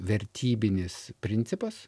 vertybinis principas